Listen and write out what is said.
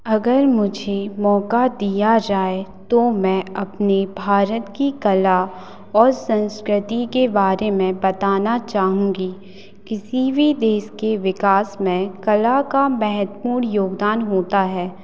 अगर मुझे मौका दिया जाए तो मैं अपने भारत की कला और संस्कृति के बारे में बताना चाहूँगी किसी भी देश के विकास में कला का महत्वपूर्ण योगदान होता है